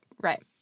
Right